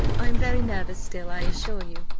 i am very nervous still, i assure you,